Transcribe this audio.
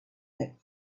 that